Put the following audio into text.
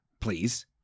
please